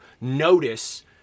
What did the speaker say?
notice